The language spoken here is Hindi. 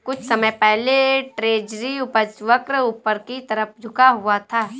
कुछ समय पहले ट्रेजरी उपज वक्र ऊपर की तरफ झुका हुआ था